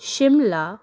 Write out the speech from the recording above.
Shimla